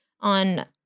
on